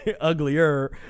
uglier